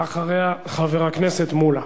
ואחריה, חבר הכנסת מולה.